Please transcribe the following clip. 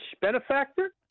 benefactor